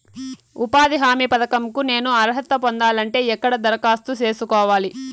ఉపాధి హామీ పథకం కు నేను అర్హత పొందాలంటే ఎక్కడ దరఖాస్తు సేసుకోవాలి?